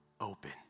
open